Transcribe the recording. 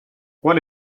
what